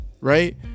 Right